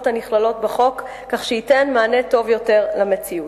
הנכללות בחוק כך שייתן מענה טוב יותר למציאות.